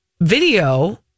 video